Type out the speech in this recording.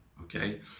Okay